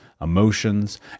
emotions